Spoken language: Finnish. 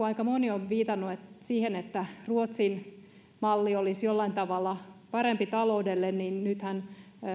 aika moni on viitannut siihen että ruotsin malli olisi jollain tavalla parempi taloudelle että nythän